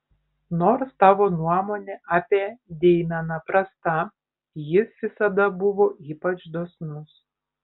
nors tavo nuomonė apie deimeną prasta jis visada buvo ypač dosnus